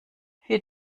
vier